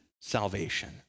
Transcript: salvation